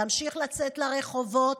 להמשיך לצאת לרחובות.